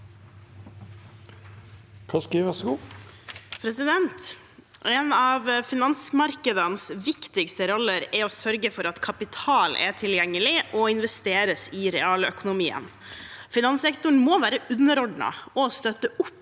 En av finans- markedenes viktigste roller er å sørge for at kapital er tilgjengelig og investeres i realøkonomien. Finanssektoren må være underordnet og støtte opp